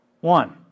One